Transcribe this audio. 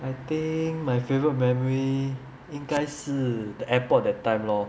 I think my favourite memory 应该是 the airport that time lor